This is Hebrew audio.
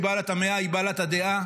היא בעלת המאה והיא בעלת הדעה.